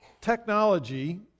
technology